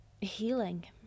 healing